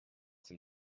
dem